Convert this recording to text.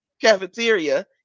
cafeteria